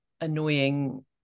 annoying